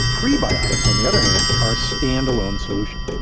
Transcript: prebiotics on the other hand are a stand alone solution,